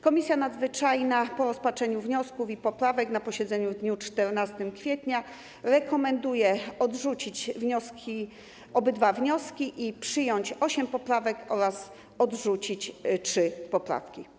Komisja Nadzwyczajna po rozpatrzeniu wniosków i poprawek na posiedzeniu w dniu 14 kwietnia rekomenduje odrzucić obydwa wnioski i przyjąć osiem poprawek oraz odrzucić trzy poprawki.